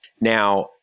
Now